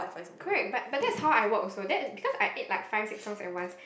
correct but but that's how I work also that's because I add like five six songs at once